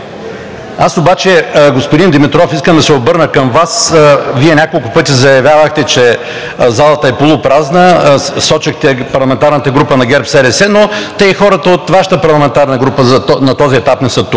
Аз обаче, господин Димитров, искам да се обърна към Вас. Вие няколко пъти заявявахте, че залата е полупразна, сочехте парламентарната група на ГЕРБ-СДС, но и хората от Вашата парламентарна група на този етап не са тук.